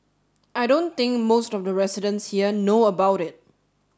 I don't think most of the residents here know about it